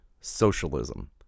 socialism